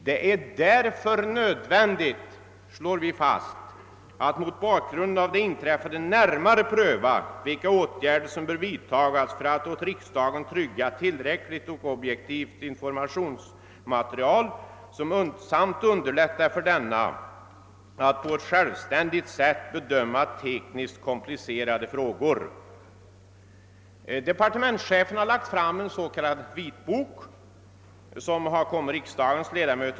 Det är därför nödvändigt», slår vi fast, »att mot bakgrund av det inträffade närmare pröva vilka åtgärder som bör vidtagas för att åt riksdagen trygga tillräcklig och objektiv information samt underlätta för denna att på ett självständigt sätt bedöma tekniskt komplicerade frågor.» Departementschefen har lagt fram en s.k. vitbok.